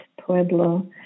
Pueblo